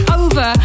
over